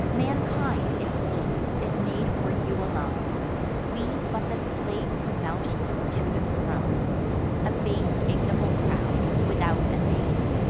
mankind, it seems, is made for you alone we, but the slaves who mount you to the throne a base ignoble crowd, without a name,